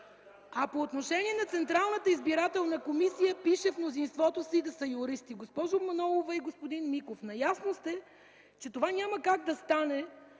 По отношение на Централната избирателна комисия пише: „В мнозинството си да са юристи”. Госпожо Манолова, и господин Миков, наясно сте, че това няма как да стане